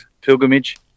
pilgrimage